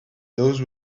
those